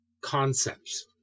concepts